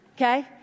Okay